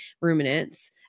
ruminants